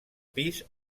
pis